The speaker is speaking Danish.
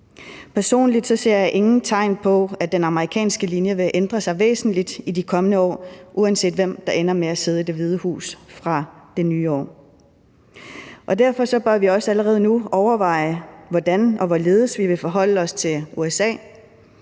Personligt ser jeg ingen tegn på, at den amerikanske linje vil ændre sig væsentligt i de kommende år, uanset hvem der ender med at sidde i Det Hvide Hus fra det nye år. Derfor bør vi også allerede nu overveje, hvordan og hvorledes vi vil forholde os til USA.